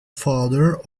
father